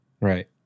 Right